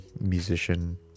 Musician